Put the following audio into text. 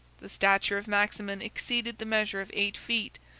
the stature of maximin exceeded the measure of eight feet,